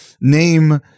Name